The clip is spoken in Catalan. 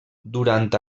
durant